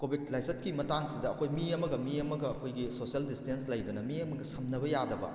ꯀꯣꯕꯤꯗ ꯂꯥꯏꯆꯠꯀꯤ ꯃꯇꯥꯡꯁꯤꯗ ꯑꯩꯈꯣꯏ ꯃꯤ ꯑꯃꯒ ꯃꯤ ꯑꯃꯒ ꯑꯩꯈꯣꯏꯒꯤ ꯁꯣꯁꯦꯜ ꯗꯤꯁꯇꯦꯟꯁ ꯂꯩꯗꯅ ꯃꯤ ꯑꯃꯒ ꯁꯝꯅꯕ ꯌꯥꯗꯕ